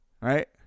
Right